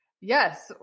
Yes